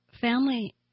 family